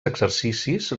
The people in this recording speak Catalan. exercicis